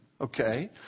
okay